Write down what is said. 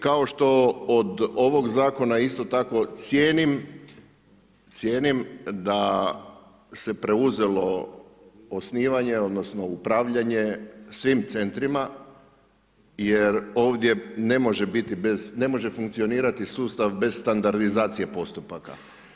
Kao što od ovog zakona isto tako cijenim da se preuzelo osnivanje, odnosno upravljanje svim centrima jer ovdje ne može biti bez, ne može funkcionirati sustav bez standardizacije postupaka.